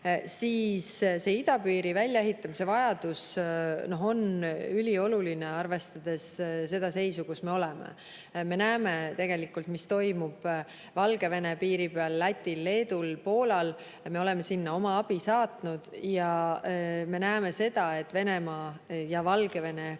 et idapiiri väljaehitamise vajadus on ülioluline, arvestades seda seisu, kus me oleme. Me näeme tegelikult, mis toimub Valgevene piiri peal, samuti Läti, Leedu ja Poola piiril. Me oleme sinna oma abi saatnud. Me näeme seda, et Venemaa ja Valgevene